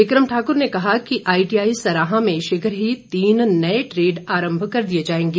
बिक्रम ठाकुर ने कहा कि आईटीआई सराहां में शीघ्र ही तीन नए ट्रेड आरम्भ कर दिए जाएंगे